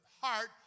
heart